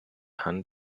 hand